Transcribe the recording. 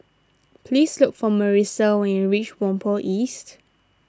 please look for Marissa when you reach Whampoa East